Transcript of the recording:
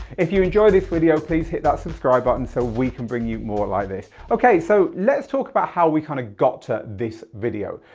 if you enjoy this video please hit that subscribe button so we can bring more like this. okay, so lets talk about how we kind of got to this video.